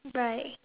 right